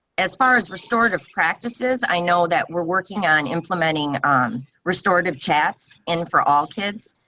as far as restorative practices. i know that we're working on implementing on restorative chats and for all kids.